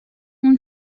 اون